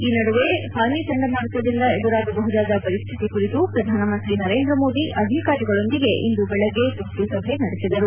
ಈ ನಡುವೆ ಫಾನಿ ಚಂಡಮಾರುತದಿಂದ ಎದುರಾಗಬಹುದಾದ ಪರಿಸ್ಥಿತಿ ಕುರಿತು ಪ್ರಧಾನಮಂತ್ರಿ ನರೇಂದ್ರ ಮೋದಿ ಅಧಿಕಾರಿಗಳೊಂದಿಗೆ ಇಂದು ಬೆಳಗ್ಗೆ ತುರ್ತು ಸಭೆ ನಡೆಸಿದರು